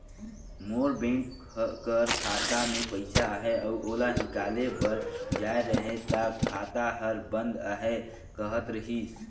मोर bank कर खाता में पइसा अहे अउ ओला हिंकाले बर जाए रहें ता खाता हर बंद अहे कहत रहिस